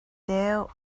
deuh